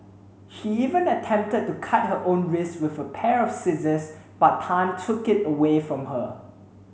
he even attempted to cut her own wrists with a pair of scissors but Tan took it away from her